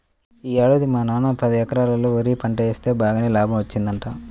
యీ ఏడాది మా నాన్న పదెకరాల్లో వరి పంట వేస్తె బాగానే లాభం వచ్చిందంట